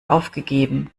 aufgegeben